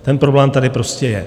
Ten problém tady prostě je.